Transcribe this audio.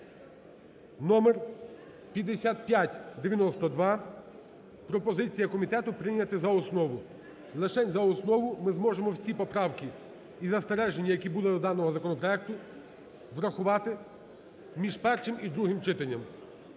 (номер 5592). Пропозиція комітету прийняти за основу, лишень за основу ми зможемо всі поправки і застереження, які були до даного законопроекту, врахувати між першим і другим читанням.